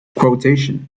quotation